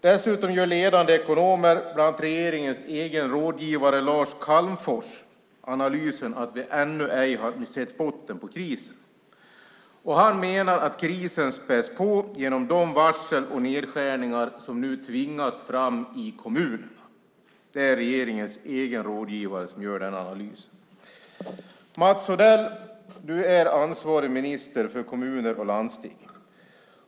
Dessutom gör ledande ekonomer, bland annat regeringens egen rådgivare Lars Calmfors, analysen att vi ännu ej har sett botten på krisen. Han menar att krisen späds på genom de varsel och nedskärningar som nu tvingas fram i kommunerna. Det är regeringens egen rådgivare som gör denna analys. Mats Odell! Du är ansvarig minister för kommuner och landsting.